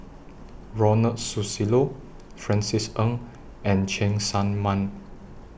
Ronald Susilo Francis Ng and Cheng Tsang Man